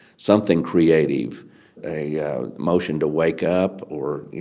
something creative a motion to wake up or, you